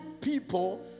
people